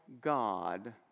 God